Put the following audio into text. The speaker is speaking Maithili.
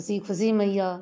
खुशी खुशीमे अइ